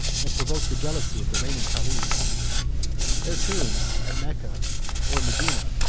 and provoked the jealousy of the reigning caliphs their tombs, at mecca or medina,